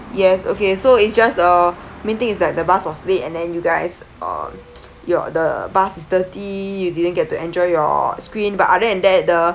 yes okay so it's just uh main thing is that the bus was late and then you guys uh your the bus is dirty you didn't get to enjoy your screen but other than that the